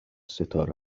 ستاره